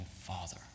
father